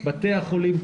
בתי החולים,